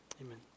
Amen